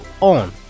on